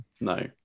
No